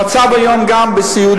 המצב היום בסיעודי,